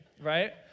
right